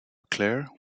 claire